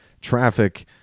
traffic